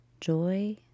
Joy